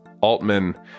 Altman